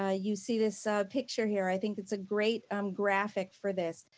ah you see this picture here, i think it's a great um graphic for this.